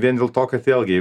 vien dėl to kad vėlgi